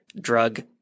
drug